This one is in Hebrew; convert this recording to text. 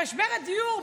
במשבר הדיור,